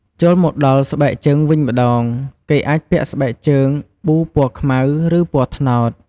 ចូលមកដល់ស្បែកជើងវិញម្ដង គេអាចពាក់ស្បែកជើងប៊ូពណ៌ខ្មៅ ឬ ពណ៌ត្នោត។